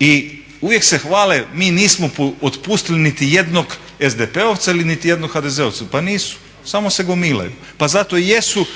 i uvijek se hvale mi nismo otpustili SDP-ovca ili niti jednog HDZ-ovca, pa nisu, samo se gomilaju. Pa zato i jesu